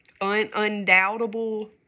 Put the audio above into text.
Undoubtable